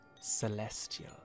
celestial